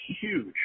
huge